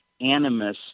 animus